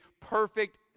perfect